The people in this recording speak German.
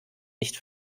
nicht